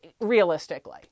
Realistically